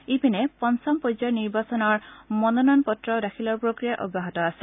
ইপিনে পঞ্চম পৰ্যায়ৰ নিৰ্বাচনৰ মনোনয়ন পত্ৰ দাখিলৰ প্ৰক্ৰিয়া অব্যাহত আছে